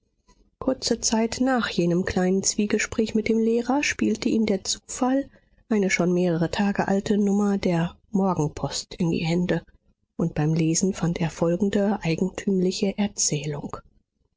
kurze zeit nach jenem kleinen zwiegespräch mit dem lehrer spielte ihm der zufall eine schon mehrere tage alte nummer der morgenpost in die hände und beim lesen fand er folgende eigentümliche erzählung